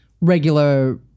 regular